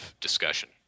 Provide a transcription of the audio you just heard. discussion